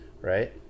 Right